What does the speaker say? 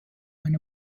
einer